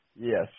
Yes